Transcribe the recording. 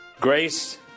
Grace